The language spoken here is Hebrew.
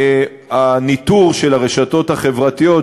הניטור של הרשתות החברתיות,